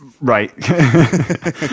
right